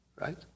right